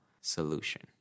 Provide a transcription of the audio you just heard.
solution